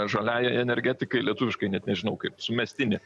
žaliąją energetikai lietuviškai net nežinau kaip sumestinė